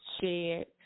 shared